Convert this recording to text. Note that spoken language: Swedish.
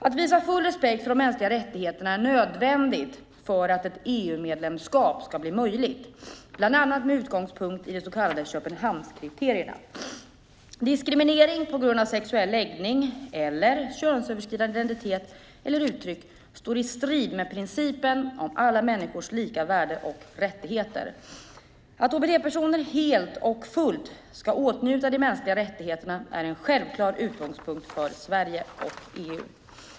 Att visa full respekt för de mänskliga rättigheterna är nödvändigt för att ett EU-medlemskap ska bli möjligt, bland annat med utgångspunkt i de så kallade Köpenhamnskriterierna. Diskriminering på grund av sexuell läggning eller könsöverskridande identitet eller uttryck står i strid med principen om alla människors lika värde och rättigheter. Att hbt-personer helt och fullt ska åtnjuta de mänskliga rättigheterna är en självklar utgångspunkt för Sverige och EU.